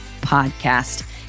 podcast